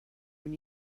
when